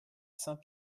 saint